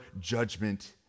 judgment